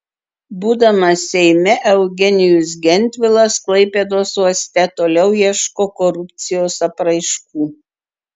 būdamas seime eugenijus gentvilas klaipėdos uoste toliau ieško korupcijos apraiškų